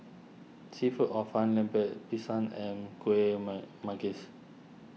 Seafood Hor Fun Lemper Pisang and Kueh man Manggis